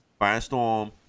Firestorm